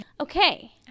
Okay